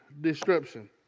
description